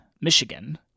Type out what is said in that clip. Michigan